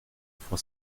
for